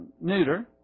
neuter